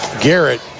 Garrett